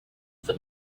for